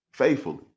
faithfully